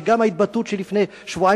וגם ההתבטאות של לפני שבועיים,